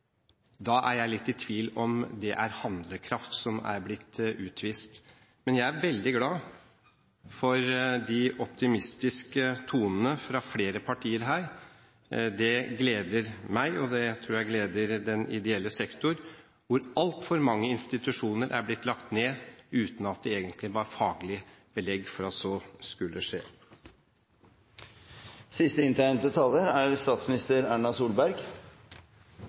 Da er jeg litt i tvil om det er handlekraft som er blitt utvist. Men jeg er veldig glad for de optimistiske tonene fra flere partier her. Det gleder meg, og det tror jeg gleder den ideelle sektor, hvor altfor mange institusjoner er blitt lagt ned uten at det egentlig var faglig belegg for at så skulle skje.